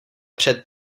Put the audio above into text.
před